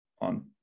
on